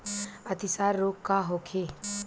अतिसार रोग का होखे?